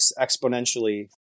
exponentially